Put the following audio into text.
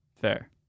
fair